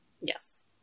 Yes